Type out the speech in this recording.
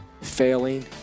failing